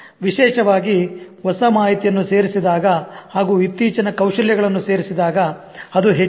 ವಿಶೇಷವಾಗಿ ಹೊಸ ಮಾಹಿತಿಯನ್ನು ಸೇರಿಸಿದಾಗ ಹಾಗೂ ಇತ್ತೀಚಿನ ಕೌಶಲ್ಯಗಳನ್ನು ಸೇರಿಸಿದಾಗ ಅದು ಹೆಚ್ಚು